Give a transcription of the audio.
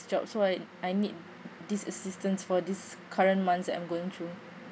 job so I I need this assistance for this current months that I'm going through